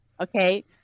okay